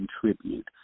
contribute